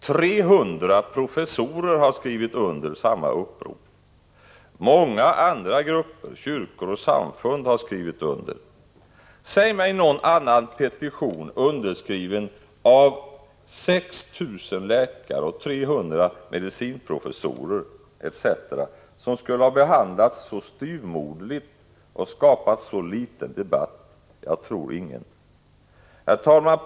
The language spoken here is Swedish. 300 professorer har skrivit under samma upprop. Många andra grupper, kyrkor och samfund har skrivit under. Säg mig någon annan petition underskriven av 6 000 läkare och 300 medicinprofessorer etc. som skulle ha behandlats så styvmoderligt och skapat så litet debatt! Jag tror inte att det finns någon. Herr talman!